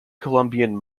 columbian